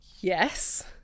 Yes